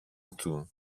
του